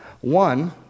One